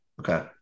okay